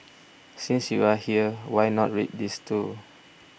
since you are here why not read these too